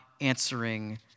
answering